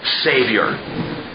Savior